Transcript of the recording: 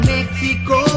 Mexico